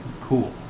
cool